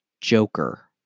Joker